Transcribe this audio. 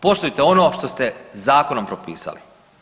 Poštujte ono što ste zakonom propisali.